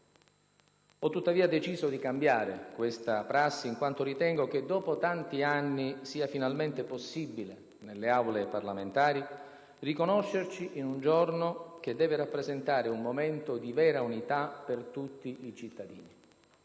Ho tuttavia deciso di cambiare questa prassi in quanto ritengo che dopo tanti anni sia finalmente possibile nelle Aule parlamentari riconoscerci in un giorno che deve rappresentare un momento di vera unità per tutti i cittadini.